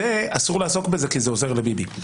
אסור לעסוק בזה כי זה עוזר לביבי.